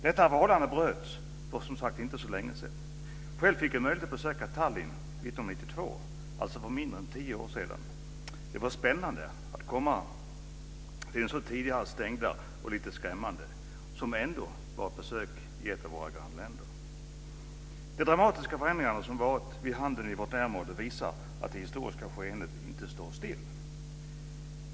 Detta förhållande bröts för inte så länge sedan. Själv fick jag möjlighet att besöka Tallinn 1992, alltså för mindre än tio år sedan. Det var spännande att komma till det tidigare så stängda och lite skrämmande, som ändå var ett av våra grannländer. De dramatiska förändringar som varit vid handen i vårt närområde visar att det historiska skeendet inte står still.